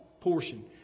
portion